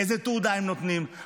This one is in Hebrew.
איזו תעודה הם נותנים,